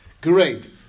great